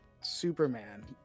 superman